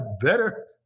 better